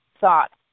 thoughts